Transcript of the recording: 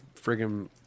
friggin